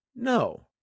No